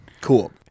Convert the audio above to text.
Cool